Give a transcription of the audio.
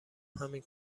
همین